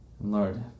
Lord